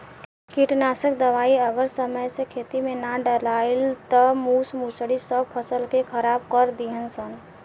कीटनाशक दवाई अगर समय से खेते में ना डलाइल त मूस मुसड़ी सब फसल के खराब कर दीहन सन